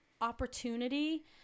opportunity